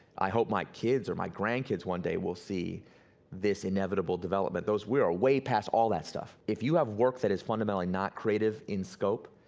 i hope my kids or my grandkids one day will see this inevitable development. we are way past all that stuff. if you have work that is fundamentally not creative in scope,